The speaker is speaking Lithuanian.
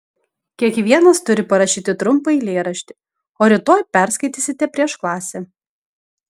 kiekvienas turi parašyti trumpą eilėraštį o rytoj perskaitysite prieš klasę